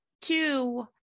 Two